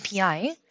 API